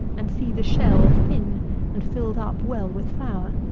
and see the shell thin and filled up well with flour.